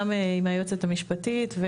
גם עם היועצת המשפטית,